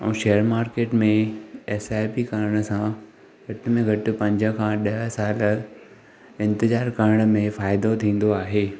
ऐं share market में SIP करण सां घटि में घटि पंज खां ॾह साल इंतिजार करण में फ़ाइदो थींदो आहे